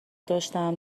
داشتم